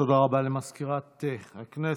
רבה למזכירת הכנסת.